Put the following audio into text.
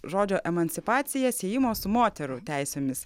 žodžio emancipacija siejimo su moterų teisėmis